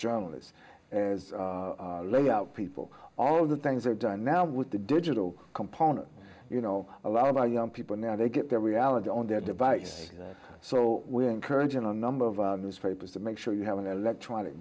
journalists lay out people all of the things they've done now with the digital component you know a lot of our young people now they get their reality on their device so we're encouraging a number of newspapers to make sure you have an electronic